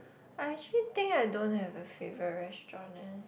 I actually think I don't have a favourite restaurant eh